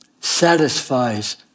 satisfies